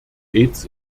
aids